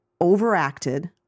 overacted